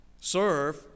serve